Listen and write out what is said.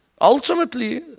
Ultimately